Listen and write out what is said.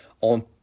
on